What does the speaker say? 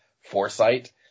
foresight